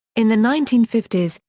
in the nineteen fifty s,